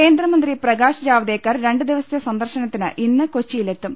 കേന്ദ്രമന്ത്രി പ്രകാശ് ജാവദേക്കർ രണ്ട് ദിവസത്തെ സന്ദർശനത്തിന് ഇന്ന് കൊച്ചി യിലെത്തും